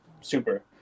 super